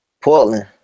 Portland